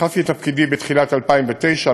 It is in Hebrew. נכנסתי לתפקידי בתחילת 2009,